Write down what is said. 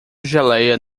geleia